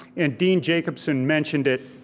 and dean jacobsen mentioned it,